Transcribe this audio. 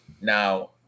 Now